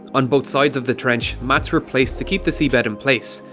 on both sides of the trench, mats were placed to keep the seabed in place.